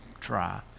try